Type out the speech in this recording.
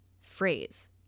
phrase